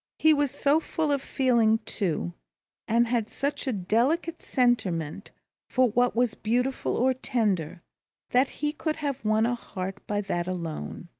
he was so full of feeling too and had such a delicate sentiment for what was beautiful or tender that he could have won a heart by that alone.